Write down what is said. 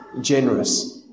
generous